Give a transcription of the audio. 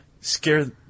scare